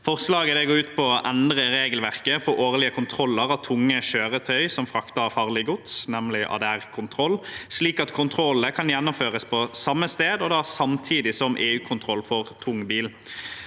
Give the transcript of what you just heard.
Forslaget går ut på å endre regelverket for årlige kontroller av tunge kjøretøy som frakter farlig gods, nemlig ADR-kontroll, slik at kontrollene kan gjennomføres på samme sted og da samtidig som EU-kontroll for tung bil.